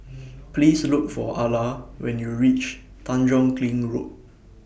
Please Look For Ala when YOU REACH Tanjong Kling Road